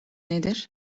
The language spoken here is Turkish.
nedir